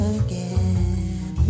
again